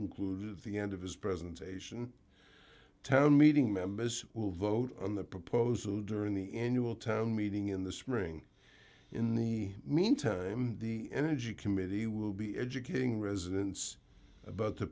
include the end of his presentation town meeting members who will vote on the proposal during the annual town meeting in the spring in the meantime the energy committee will be educating residents about t